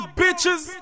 bitches